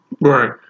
Right